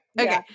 Okay